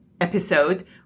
episode